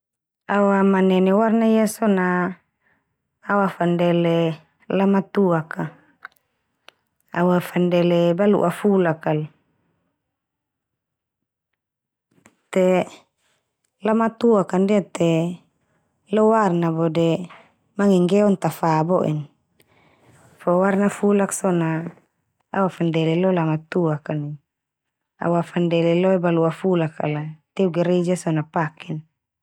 Awamanene warna ia so na awafandele Lamatuak a. Awafandele balo'a fulak al. Te Lamatuak ka ndia te, lo warna bo de mangenggeon ta fa bo'en. Fo warna fulak so na awafandele lo Lamatuak ka neu, awafandele lo balo'a fulak ka la, teu gereja so na paken.